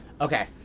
Okay